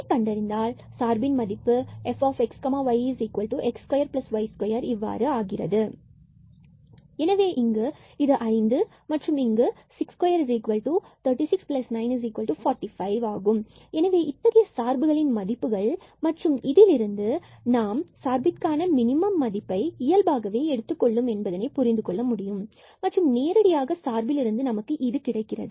இதை கண்டறிந்தால் சார்பின் மதிப்பு fxyx2y2இவ்வாறு ஆகிறது எனவே இங்கு இது ஐந்து மற்றும் இங்கு 6236 945 ஆகும் எனவே இத்தகைய சார்புகளின் மதிப்புகள் மற்றும் இதிலிருந்து நாம் சார்பிற்கான மினிமம் மதிப்பை இயல்பாகவே எடுத்துக்கொள்ளும் என்பதை தெளிவாக புரிந்துகொள்ள முடியும் மற்றும் நேரடியாக சார்பில் இருந்து நமக்கு இது கிடைக்கிறது